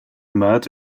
mud